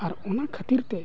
ᱟᱨ ᱚᱱᱟ ᱠᱷᱟᱹᱛᱤᱨᱛᱮ